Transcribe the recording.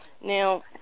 Now